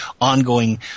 ongoing